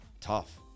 Tough